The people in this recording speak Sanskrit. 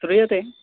श्रूयते